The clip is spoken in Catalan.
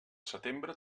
setembre